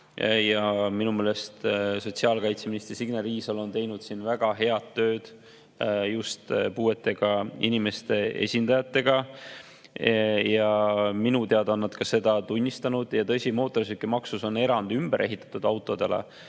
Minu meelest on sotsiaalkaitseminister Signe Riisalo teinud siin väga head tööd just puuetega inimeste esindajatega ja minu teada on nad seda ka tunnistanud. Tõsi, mootorsõidukimaksu puhul on erand ümberehitatud autodele,